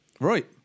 Right